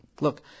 look